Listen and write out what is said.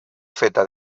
feta